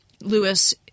Lewis